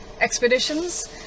expeditions